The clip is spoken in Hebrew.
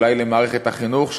אולי למערכת החינוך,